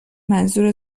منظور